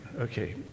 Okay